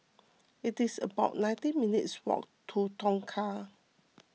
it is about nineteen minutes' walk to Tongkang